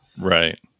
Right